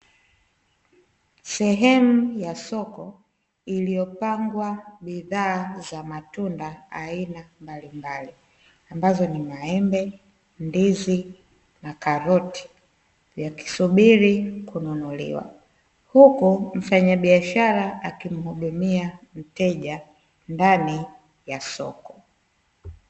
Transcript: Sehemu ya soko iliyopangwa bidhaa za matunda aina mbalimbali, ambazo ni maembe, ndizi na karoti, yakisubiri kununuliwa. Huku mfanyabiashara akimhudumia mteja ndani ya soko.